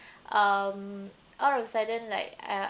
um out of a sudden like uh